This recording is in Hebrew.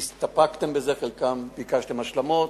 הסתפקתם בזה, חלקן, ביקשתם השלמות.